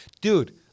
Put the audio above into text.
Dude